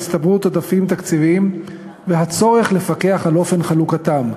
הצטברות עודפים תקציביים והצורך לפקח על אופן חלוקתם,